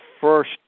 first